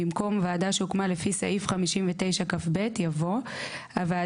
במקום "ועדה שהוקמה לפי סעיף 59כב" יבוא "הוועדה